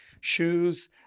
shoes